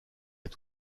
est